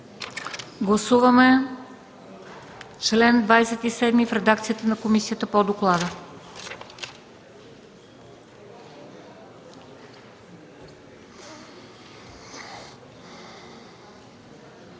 Гласуваме чл. 28 в редакцията на комисията по доклада.